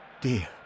dear